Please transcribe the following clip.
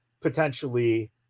potentially